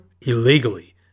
illegally